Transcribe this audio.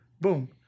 Boom